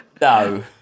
no